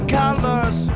colors